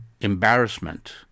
embarrassment